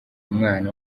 umwana